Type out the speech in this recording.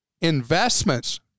investments